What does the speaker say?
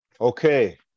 Okay